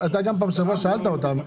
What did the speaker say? אתה גם פעם שאלת אותם,